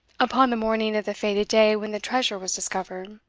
upon the morning of the fated day when the treasure was discovered,